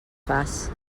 fas